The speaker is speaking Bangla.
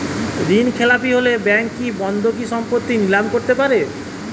ঋণখেলাপি হলে ব্যাঙ্ক কি বন্ধকি সম্পত্তি নিলাম করতে পারে?